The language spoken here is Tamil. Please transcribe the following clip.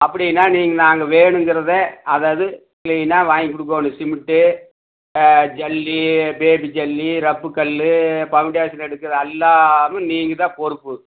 அப்படின்னா நீங்கள் நாங்கள் வேணுங்கிறதை அது அது கிளீனாக வாங்கிக் கொடுக்கோணும் சிமிண்ட்டு ஜல்லி பேபி ஜல்லி ரப்பு கல் பௌன்டேஷன் எடுக்கிற எல்லாமும் நீங்கள் தான் பொறுப்பு